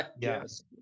yes